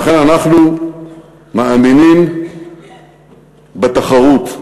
לכן אנחנו מאמינים בתחרות.